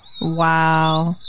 Wow